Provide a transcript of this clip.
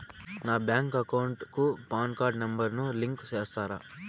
నా bank account కు PAN card number ను లింకు సేస్తారా?